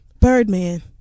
Birdman